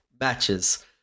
matches